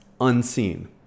unseen